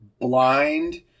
blind